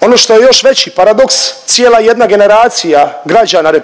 Ono što je još veći paradoks, cijela jedna generacija građana RH